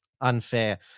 unfair